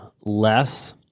Less